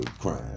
crime